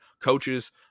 coaches